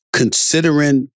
considering